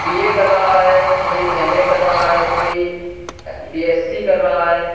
be A کر رہا ہے کوئی ایم اے کر رہا ہے کوئی بی ایس سی کر رہا ہے